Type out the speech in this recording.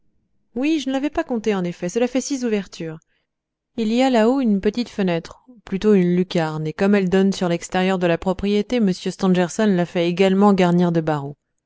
oui je ne l'avais pas comptée en effet cela fait six ouvertures il y a là-haut une petite fenêtre plutôt une lucarne et comme elle donne sur l'extérieur de la propriété m stangerson l'a fait également garnir de barreaux